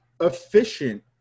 efficient